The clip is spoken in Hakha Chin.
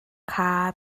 kha